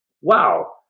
Wow